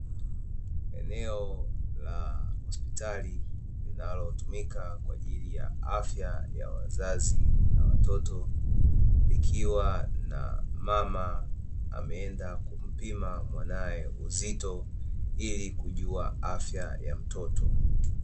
Eneo la hospitali, linalotumika kwa ajili ya afya ya wazazi na watoto, likiwa na mama ameenda kumpima mwanae uzito ili kujua afya ya mtoto.